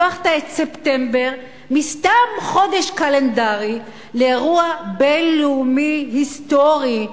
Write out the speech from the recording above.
הפכת את ספטמבר מסתם חודש קלנדרי לאירוע בין-לאומי היסטורי,